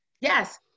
yes